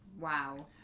Wow